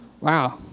Wow